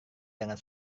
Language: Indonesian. dengan